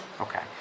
Okay